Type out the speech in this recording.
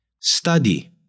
study